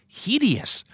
hideous